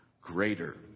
greater